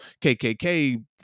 kkk